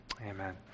Amen